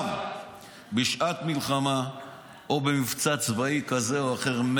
בשעת מלחמה או במבצע צבאי כזה או אחר,